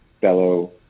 fellow